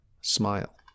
Smile